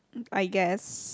I guess